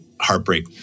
heartbreak